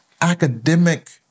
academic